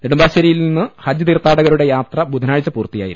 നെടുമ്പാശ്ശേരിയിൽ നിന്ന് ഹജ്ജ് തീർത്ഥാ ടകരുടെ യാത്ര ബുധനാഴ്ച പൂർത്തിയായിരുന്നു